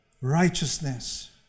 righteousness